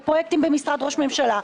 לפרויקטים במשרד ראש הממשלה.